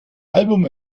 album